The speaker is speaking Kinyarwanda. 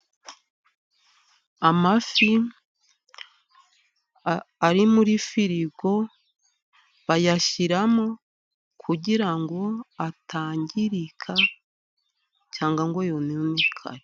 Amafi ari muri firigo, bayashyiramo kugirango atangirika cyangwa ngo yononekare.